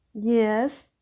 Yes